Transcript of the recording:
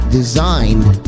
designed